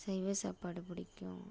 சைவ சாப்பாடு பிடிக்கும்